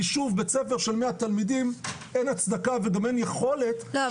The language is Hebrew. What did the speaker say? כי שוב בית-ספר של מאה תלמידים אין הצדקה וגם אין יכולת --- לא,